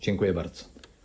Dziękuję bardzo.